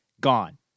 gone